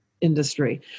Industry